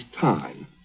time